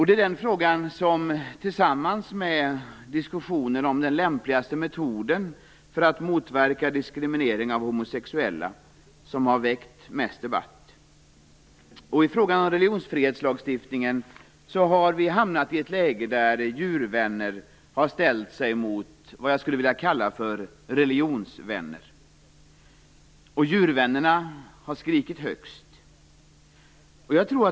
Det är denna fråga som tillsammans med diskussionen om den lämpligaste metoden för att motverka diskriminering av homosexuella har väckt mest debatt. I fråga om religionsfrihetslagstiftningen har vi hamnat i ett läge där djurvänner har ställt sig mot det som jag vill kalla för religionsvänner. Djurvännerna har skrikit högst.